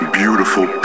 beautiful